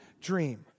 dream